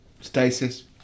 Stasis